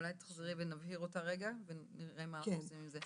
אולי תחזרי ונבהיר אותה רגע ונראה מה אנחנו עושים עם זה.